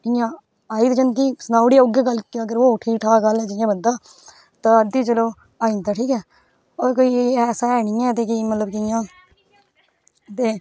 इ'यां आई बी जंदी सनाई ओड़ेओ उ'ऐ गल्ल कि अगर होग ठीक ठाक आह्ला जि'यां बंदा तां रातीं चलो आई जंदा ठीक ऐ अगर कोई ऐसा है निं ऐ कि मतलब कि इ'यां ते